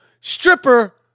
stripper